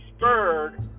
spurred